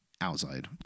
outside